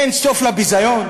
אין סוף לביזיון?